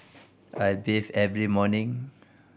I bathe every morning